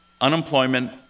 unemployment